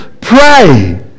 Pray